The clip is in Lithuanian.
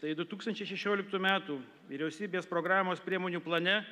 tai du tūkstančiai šešioliktų metų vyriausybės programos priemonių plane